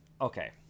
Okay